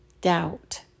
doubt